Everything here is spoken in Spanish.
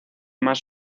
más